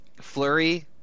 flurry